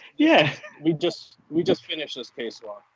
yeah we just we just finished this case lock.